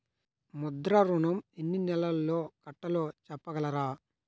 ముద్ర ఋణం ఎన్ని నెలల్లో కట్టలో చెప్పగలరా?